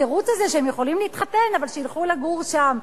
התירוץ הזה שהם יכולים להתחתן אבל שילכו לגור שם.